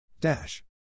Dash